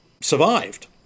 survived